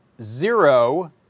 Zero